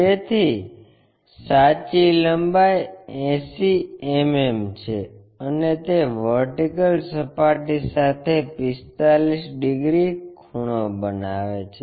તેથી સાચી લંબાઈ 80 mm છે અને તે વર્ટિકલ સપાટી સાથે 45 ડિગ્રી ખૂણો બનાવે છે